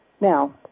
Now